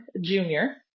Junior